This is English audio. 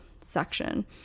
section